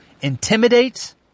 intimidate